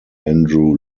andrew